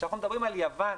כשאנחנו מדברים על יוון,